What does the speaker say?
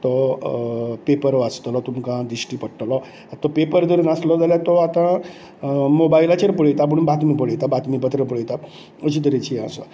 तो पेपर वाचतलो तुमकां दिश्टी पडटलो आतां तो पेपर जर नासलो तर तो आतां मोबायलाचेर पळयता पुण बातमी पळयता बातमीपत्र पळयता अशें तरेचे हें आसा